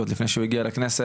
עוד לפני שהוא הגיע לכנסת,